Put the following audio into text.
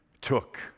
took